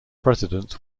presidents